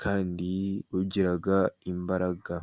kandi ugira imbaraga.